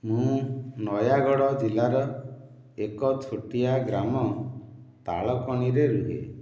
ମୁଁ ନୟାଗଡ଼ ଜିଲ୍ଲାର ଏକ ଛୋଟିଆ ଗ୍ରାମ ତାଳକଣିରେ ରୁହେ